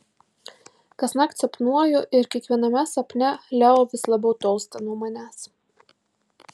kasnakt sapnuoju ir kiekviename sapne leo vis labiau tolsta nuo manęs